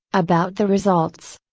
about the results.